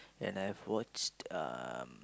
and I've watched um